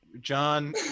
John